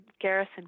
Garrison